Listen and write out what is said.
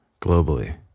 Globally